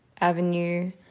avenue